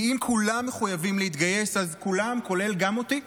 כי אם כולם מחויבים להתגייס אז כולם כולל אותי,